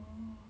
oh